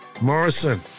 Morrison